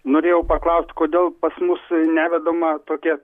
norėjau paklaust kodėl pas mus nevedama tokia